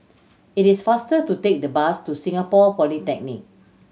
it is faster to take the bus to Singapore Polytechnic